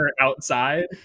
outside